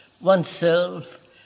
oneself